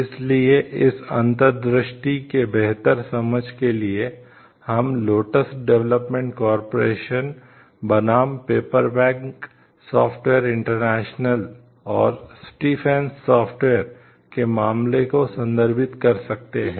इसलिए इस अंतर्दृष्टि की बेहतर समझ के लिए हम लोटस डेवलपमेंट कॉरपोरेशन के मामले को संदर्भित कर सकते हैं